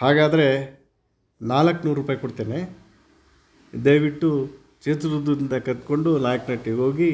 ಹಾಗಾದರೆ ನಾಲ್ಕುನೂರು ರೂಪಾಯಿ ಕೊಡ್ತೇನೆ ದಯವಿಟ್ಟು ಚಿತ್ರದುರ್ಗದಿಂದ ಕರ್ಕೊಂಡು ನಾಯಕನಹಟ್ಟಿಗೆ ಹೋಗಿ